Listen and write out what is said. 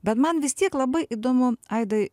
bet man vis tiek labai įdomu aidai